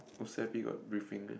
O_C_I_P got briefing meh